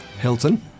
Hilton